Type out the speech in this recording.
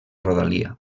rodalia